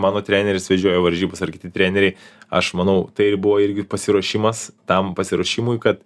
mano treneris vežioja varžybas ar kiti treneriai aš manau tai buvo irgi pasiruošimas tam pasiruošimui kad